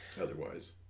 otherwise